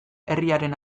herriaren